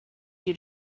you